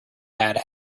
had